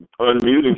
unmuting